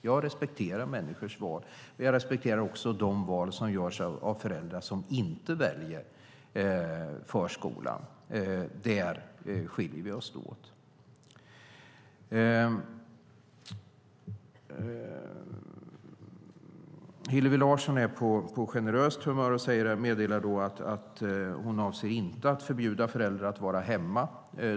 Jag respekterar människors val, och jag respekterar också de val som görs av föräldrar som inte väljer förskolan. Där skiljer vi oss åt. Hillevi Larsson är på generöst humör och meddelar att hon inte avser att förbjuda föräldrar att vara hemma.